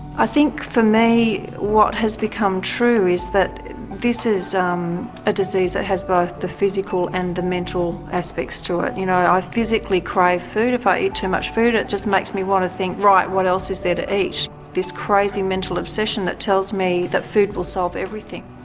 i think for me what has become true is that this is um a disease that has both the physical and the mental aspects to it. you know i physically crave food. if i eat too much food it just makes me want to think, right, what else is there to eat? this crazy mental obsession that tells me that food will solve everything.